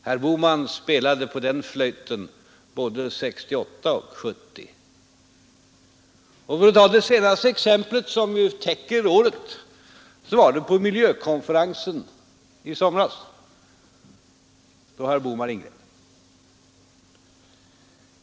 Herr Bohman spelade på den flöjten både 1968 och 1970. Det senaste exemplet, som ju täcker året, är miljökonferensen i somras, då herr Bohman ingrep.